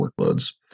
workloads